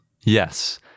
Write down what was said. yes